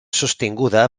sostinguda